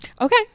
Okay